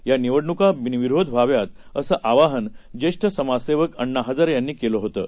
या निवडणुका बिनविरोध व्हाव्यात असं आवाहन ज्येष्ठ समाजसेवक अण्णा हजारे यांनी केलं होतं